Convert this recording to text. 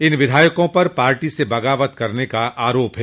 इन विधायकों पर पार्टी से बगावत करने का आरोप है